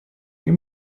nie